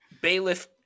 Bailiff